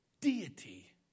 deity